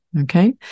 Okay